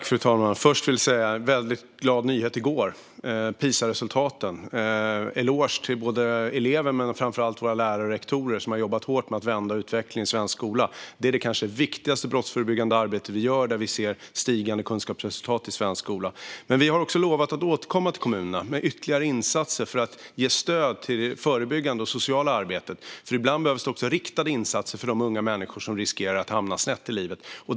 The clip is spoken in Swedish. Fru talman! Först vill jag nämna en glad nyhet som kom i går angående PISA-resultaten. De är en eloge till elever och framför allt lärare och rektorer som har jobbat hårt med att vända utvecklingen i svensk skola. Det är det kanske viktigaste brottsförebyggande arbetet vi gör när vi ser stigande kunskapsresultat i svensk skola. Men vi har också lovat att återkomma till kommunerna med ytterligare insatser för att ge stöd till det förebyggande och sociala arbetet. Ibland behövs också riktade insatser för de unga människor som riskerar att hamna snett i livet.